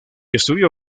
estudió